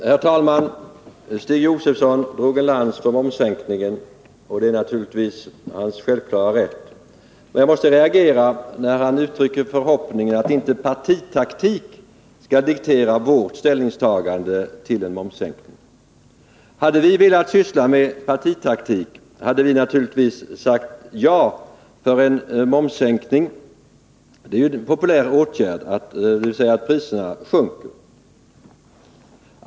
Herr talman! Stig Josefson drog en lans för momssänkningen, och det är hans självklara rätt. Men jag måste reagera när han uttrycker förhoppningen att inte partitaktik skall diktera vårt ställningstagande till en momssänkning. Hade vi velat syssla med partitaktik, så hade vi naturligtvis sagt ja till en momssänkning. Det är ju en populär åtgärd — att se till att priserna sjunker.